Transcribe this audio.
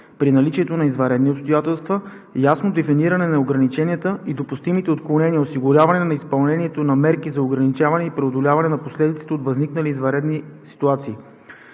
при наличието на извънредни обстоятелства, ясно дефиниране на ограниченията и допустимите отклонения, осигуряване изпълнението на мерки за ограничаване и преодоляване на последиците от възникнали извънредни ситуации.